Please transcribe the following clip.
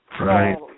Right